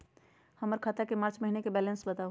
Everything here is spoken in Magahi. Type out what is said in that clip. हमर खाता के मार्च महीने के बैलेंस के बताऊ?